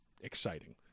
exciting